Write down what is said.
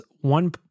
one